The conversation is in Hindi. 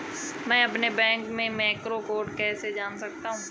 मैं अपने बैंक का मैक्रो कोड कैसे जान सकता हूँ?